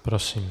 Prosím.